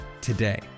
today